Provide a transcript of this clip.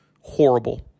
horrible